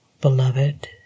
Beloved